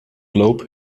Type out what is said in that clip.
loop